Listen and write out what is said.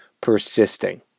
persisting